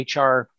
HR